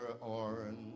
orange